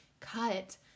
cut